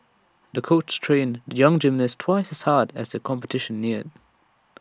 the coach trained young gymnast twice as hard as the competition neared